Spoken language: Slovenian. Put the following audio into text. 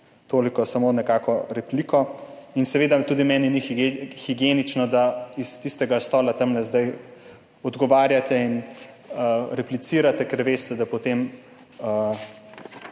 Toliko samo nekako kot replika. Seveda tudi meni ni higienično, da s tistega stola tam zdaj odgovarjate in replicirate, ker veste, da potem